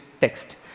text